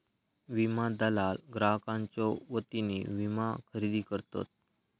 विमा दलाल ग्राहकांच्यो वतीने विमा खरेदी करतत